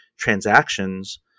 transactions